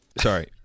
Sorry